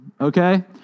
okay